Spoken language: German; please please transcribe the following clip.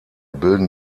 bilden